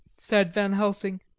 said van helsing,